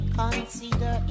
consider